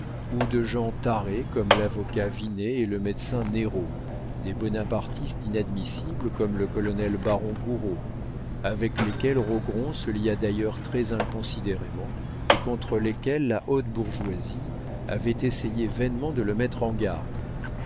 ou de gens tarés comme l'avocat vinet et le médecin néraud des bonapartistes inadmissibles comme le colonel baron gouraud avec lesquels rogron se lia d'ailleurs très inconsidérément et contre lesquels la haute bourgeoisie avait essayé vainement de le mettre en garde